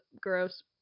gross